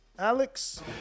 Alex